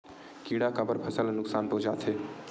किड़ा काबर फसल ल नुकसान पहुचाथे?